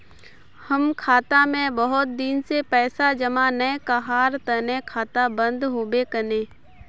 हम खाता में बहुत दिन से पैसा जमा नय कहार तने खाता बंद होबे केने?